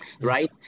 right